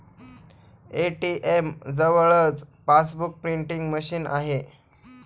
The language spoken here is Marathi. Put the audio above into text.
ए.टी.एम जवळच पासबुक प्रिंटिंग मशीन आहे